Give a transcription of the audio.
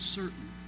certain